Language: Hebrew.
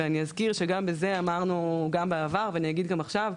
ואני אזכיר שגם בזה אמרנו גם בעבר ואני אגיד גם עכשיו,